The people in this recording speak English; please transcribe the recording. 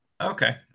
Okay